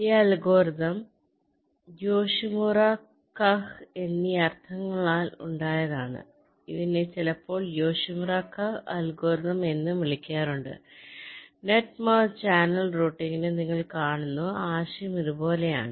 ഈ algorithm Yoshimura Kuh എന്നീ അർത്ഥങ്ങളാൽ ഉണ്ടായതാണ് ഇതിനെ ചിലപ്പോൾ യോഷിമുറ കുഹ് അൽഗോരിതം എന്നും വിളിക്കാറുണ്ട് നെറ്റ് മെർജ് ചാനൽ റൂട്ടിംഗ് നിങ്ങൾ കാണുന്നു ആശയം ഇതുപോലെയാണ്